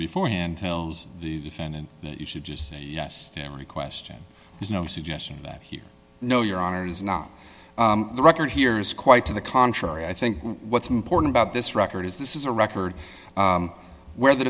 before hand tells the defendant that you should just say yes to every question there's no suggestion that here no your honor is not the record here is quite to the contrary i think what's important about this record is this is a record where the